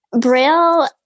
Braille